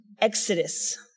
Exodus